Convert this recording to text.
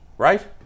Right